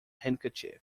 handkerchief